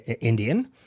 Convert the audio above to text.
Indian